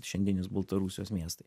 šiandieninės baltarusijos miestai